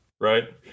Right